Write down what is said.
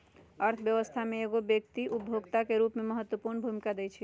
अर्थव्यवस्था में एगो व्यक्ति उपभोक्ता के रूप में महत्वपूर्ण भूमिका दैइ छइ